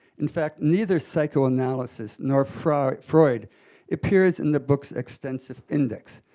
in fact, neither psychoanalysis nor freud freud appears in the book's extensive index.